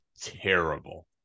terrible